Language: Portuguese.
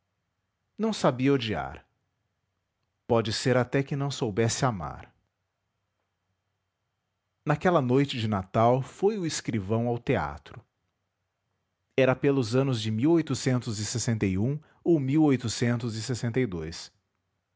não sabia odiar pode ser até que não soubesse amar naquela noite de natal foi o escrivão ao teatro era pelos anos de ou a de